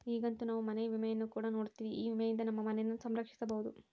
ಈಗಂತೂ ನಾವು ಮನೆ ವಿಮೆಯನ್ನು ಕೂಡ ನೋಡ್ತಿವಿ, ಈ ವಿಮೆಯಿಂದ ನಮ್ಮ ಮನೆಯನ್ನ ಸಂರಕ್ಷಿಸಬೊದು